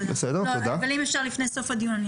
אבל אם אפשר לפני סוף הדיון,